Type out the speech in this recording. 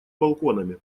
балконами